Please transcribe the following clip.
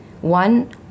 One